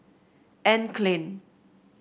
Anne Klein